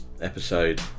episode